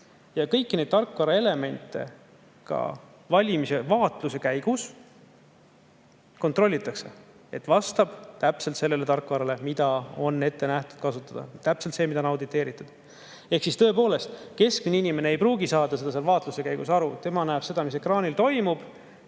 Kõiki neid tarkvaraelemente ka valimisvaatluse käigus kontrollitakse, et need vastaks täpselt sellele, mida on ette nähtud kasutada, täpselt sellele, mida on auditeeritud. Tõepoolest, keskmine inimene ei pruugi saada sellest vaatluse käigus aru. Tema näeb seda, mis ekraanil toimub.